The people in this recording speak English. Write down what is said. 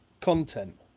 content